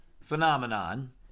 phenomenon